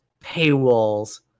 paywalls